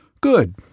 Good